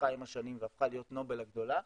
שהתפתחה עם השנים והפכה להיות נובל הגדולה,